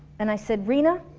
and i said, rina,